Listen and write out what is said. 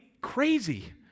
crazy